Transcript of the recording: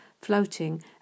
floating